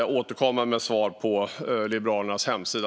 Jag återkommer med svar om Liberalernas hemsida.